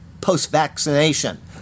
post-vaccination